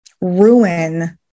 ruin